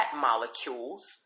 molecules